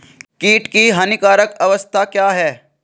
कीट की हानिकारक अवस्था क्या है?